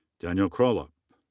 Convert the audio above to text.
daniel krolopp.